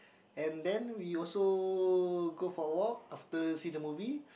and then we also go for a walk after see the movie